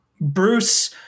Bruce